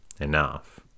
enough